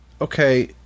okay